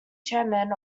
chairman